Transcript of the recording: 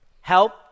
help